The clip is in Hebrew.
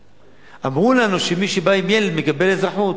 אמרו לנו שמי שבא עם ילד מקבל אזרחות.